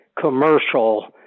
commercial